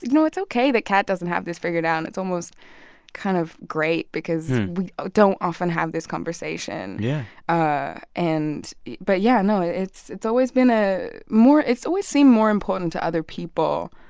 no, it's ok that kat doesn't have this figured out. and it's almost kind of great because we don't often have this conversation yeah ah and but, yeah, no, it's it's always been ah more it's always seemed more important to other people,